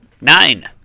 Nine